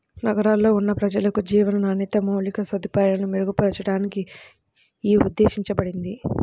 నగరాల్లో ఉన్న ప్రజలకు జీవన నాణ్యత, మౌలిక సదుపాయాలను మెరుగుపరచడానికి యీ ఉద్దేశించబడింది